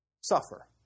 suffer